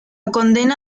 condena